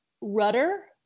Rudder